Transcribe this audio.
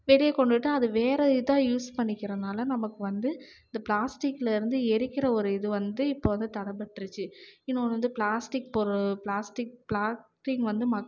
வெளிய கொண்டுட்டுதான் அதை வேற இதாக யூஸ் பண்ணிக்கிறதனால நமக்கு வந்து இந்த ப்ளாஸ்டிக்லயிருந்து எரிக்கிற ஒரு இது வந்து இப்போ வந்து தடை பட்டிருச்சி இன்னொன்று வந்து ப்ளாஸ்டிக் பொருள் ப்ளாஸ்டிக் ப்ளாஸ்டிக் வந்து